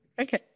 Okay